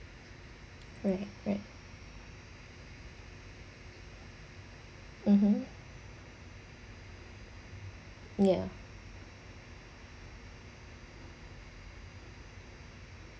right right mmhmm ya